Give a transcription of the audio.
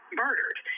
murdered